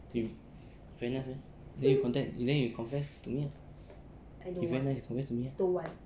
if very nice meh then you cont~ then you confess to me ah you very nice you confess to me ah